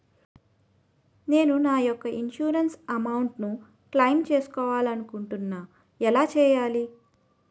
నేను నా యెక్క ఇన్సురెన్స్ అమౌంట్ ను క్లైమ్ చేయాలనుకుంటున్నా ఎలా చేయాలి?